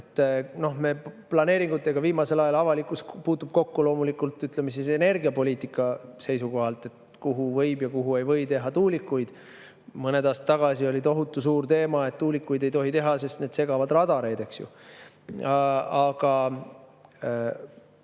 puutub planeeringutega viimasel ajal kokku loomulikult, ütleme, energiapoliitika seisukohalt: kuhu võib ja kuhu ei või teha tuulikuid. Mõned aastad tagasi oli tohutu suur teema, et tuulikuid ei tohi teha, sest need segavad radareid, eks ju. Aga